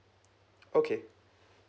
okay